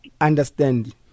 Understand